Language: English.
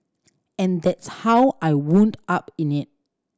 and that's how I wound up in it